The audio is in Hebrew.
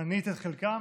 מנית את חלקם.